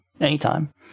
Anytime